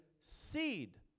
seed